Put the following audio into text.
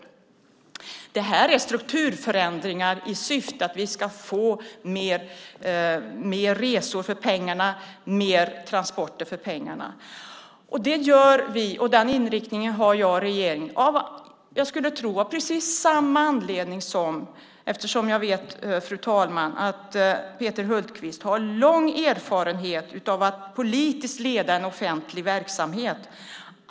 Det här är strukturförändringar i syfte att vi ska få mer resor och transporter för pengarna. Det gör vi, och den inriktningen har jag och regeringen. Jag vet, fru talman, att Peter Hultqvist har lång erfarenhet av att politiskt leda en offentlig verksamhet.